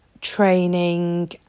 training